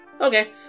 Okay